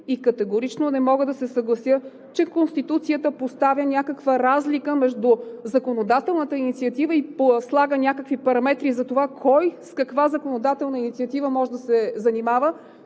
Категорично не мога да се съглася, че Конституцията поставя някаква разлика между законодателната инициатива и слага някакви параметри за това кой с каква законодателна инициатива може да се занимава,